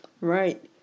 Right